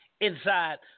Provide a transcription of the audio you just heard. inside